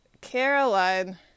Caroline